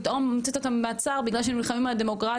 פתאום את מוצאת אותם במעצר בגלל שהם נלחמים על הדמוקרטיה.